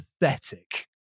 pathetic